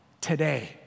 today